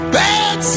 bad